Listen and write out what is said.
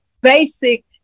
basic